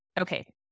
okay